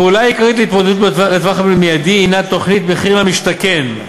הפעולה העיקרית להתמודדות בטווח המיידי היא תוכנית מחיר למשתכן,